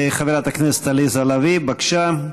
חברת הכנסת עליזה לביא, בבקשה.